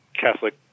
Catholic